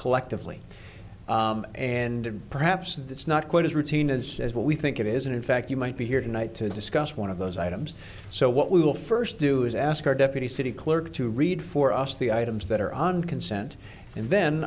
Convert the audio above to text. collectively and perhaps that's not quite as routine as as what we think it is and in fact you might be here tonight to discuss one of those items so what we will first do is ask our deputy city clerk to read for us the items that are on consent and then